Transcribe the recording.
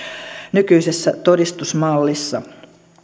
nykyisessä todistusmallissa